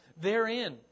Therein